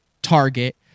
target